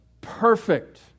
perfect